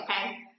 okay